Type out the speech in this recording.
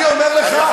אני אומר לך,